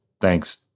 thanks